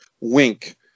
wink